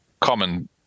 common